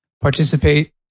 participate